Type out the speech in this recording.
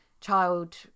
child